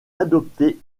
adopter